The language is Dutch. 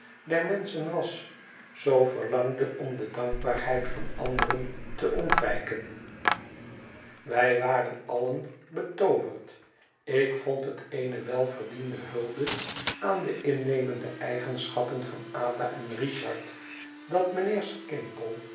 menschen was zoo verlangde om de dankbaarheid van anderen te ontwijken wij waren allen betooverd ik vond het eene welverdiende hulde aan de innemende eigenschappen van ada en richard dat mijnheer